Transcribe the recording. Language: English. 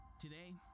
Today